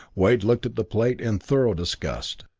wade looked at the plate in thorough disgust.